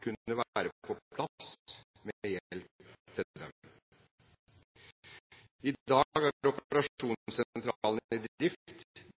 kunne være på plass med hjelp til dem. I dag er operasjonssentralen i drift.